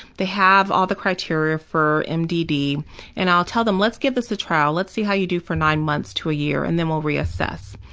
they have all the criteria for um mdd, and i'll tell them, let's get us a trial. let's see how you do for nine months to a year, and then we'll reassess,